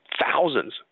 thousands